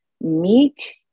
meek